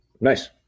nice